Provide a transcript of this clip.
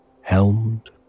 helmed